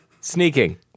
Sneaking